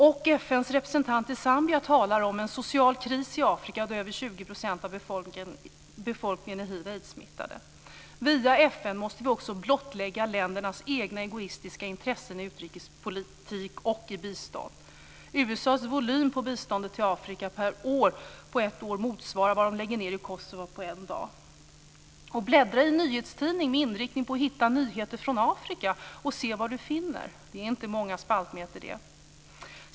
FN:s representant i Zambia talar om en social kris i Afrika då över 20 % av befolkningen är hiv/aidssmittad. Via FN måste vi också blottlägga ländernas egna egoistiska intressen i utrikespolitik och bistånd. USA:s volym på biståndet till Afrika under ett år motsvarar vad man lägger ned i Kosovo på en dag. Bläddra i en nyhetstidning med föresatsen att hitta nyheter från Afrika och se vad du finner! Det är inte många spaltmeter, det.